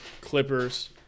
Clippers